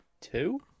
two